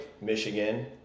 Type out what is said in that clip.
Michigan